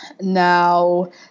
Now